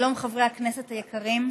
שלום, חברי הכנסת היקרים.